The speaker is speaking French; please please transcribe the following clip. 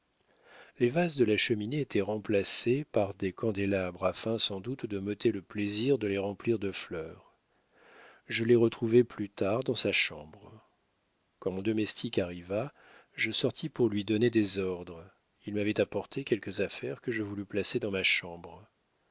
les vases de la cheminée étaient remplacés par des candélabres afin sans doute de m'ôter le plaisir de les remplir de fleurs je les retrouvai plus tard dans sa chambre quand mon domestique arriva je sortis pour lui donner des ordres il m'avait apporté quelques affaires que je voulus placer dans ma chambre